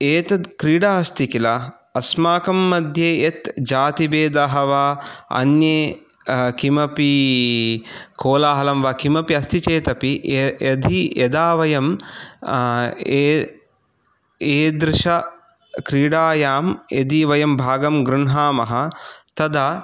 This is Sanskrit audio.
एतत् क्रीडा अस्ति किल अस्माकं मध्ये यत् जातिभेदः वा अन्ये किमपि कोलाहलं वा किमपि अस्ति चेदपि य यदि यदा वयं ए एतादृश क्रीडायां यदि वयं भागं गृह्णामः तदा